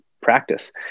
practice